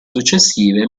successive